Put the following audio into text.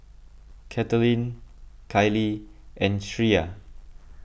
Katelyn Kylee and Shreya